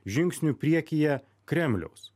žingsniu priekyje kremliaus